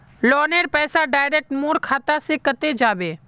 लोनेर पैसा डायरक मोर खाता से कते जाबे?